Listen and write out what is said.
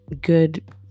Good